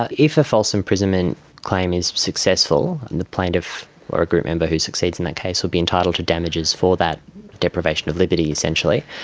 ah if a false imprisonment claim is successful and the plaintiff or a group member who succeeds in that case would be entitled to damages for that deprivation of liberty essentially,